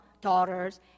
daughters